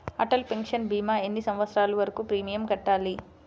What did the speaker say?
Atal pension భీమా ఎన్ని సంవత్సరాలు వరకు ప్రీమియం కట్టాలి?